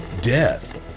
death